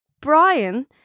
Brian